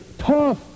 Tough